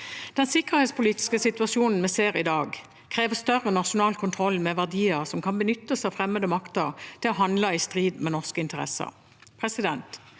Den sikkerhetspolitiske situasjonen vi ser i dag, krever større nasjonal kontroll med verdier som kan benyttes av fremmede makter til å handle i strid med norske interesser.